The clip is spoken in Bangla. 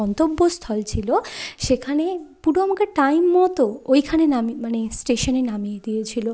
গন্তব্যস্থল ছিল সেখানে পুরো আমাকে টাইম মতো ওইখানে নামিয়ে মানে স্টেশনে নামিয়ে দিয়েছিল